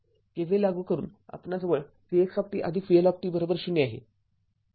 KVL लागू करून आपणाजवळ vx vL ० आहे